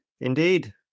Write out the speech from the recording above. Indeed